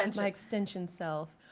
and my extension self.